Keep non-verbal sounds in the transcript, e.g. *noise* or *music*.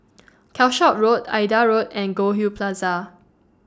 *noise* Calshot Road Aida Road and Goldhill Plaza